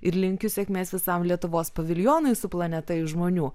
ir linkiu sėkmės visam lietuvos paviljonui su planeta iš žmonių